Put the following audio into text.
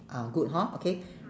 ah good hor okay